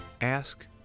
Ask